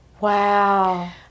Wow